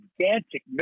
gigantic